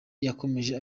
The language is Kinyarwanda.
yakomeje